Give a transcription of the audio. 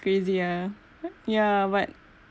crazy yeah yeah but